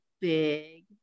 big